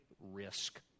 risk